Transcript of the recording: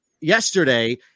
yesterday